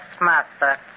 Master